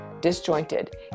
Disjointed